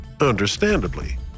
Understandably